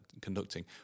conducting